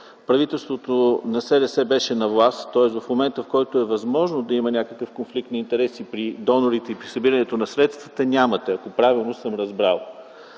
правителството на СДС беше на власт, тоест до момента, в който е възможно да има конфликт на интереси при донорите и при събирането на средствата, нямате, ако правилно съм разбрал?